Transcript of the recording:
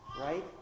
right